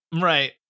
Right